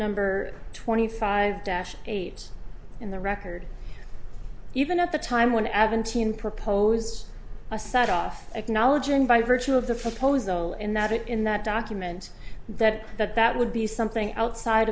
number twenty five dash eight in the record even at the time one advantage in propose a set off acknowledge and by virtue of the proposal in that in that document that that that would be something outside